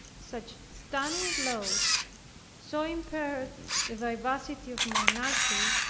such stunning blows so impaired the vivacity of my nature,